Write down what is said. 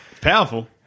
Powerful